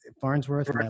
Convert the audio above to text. Farnsworth